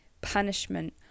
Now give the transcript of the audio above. punishment